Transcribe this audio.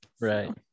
Right